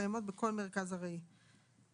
שקיימות בכל מרכז ארעי לטיפול.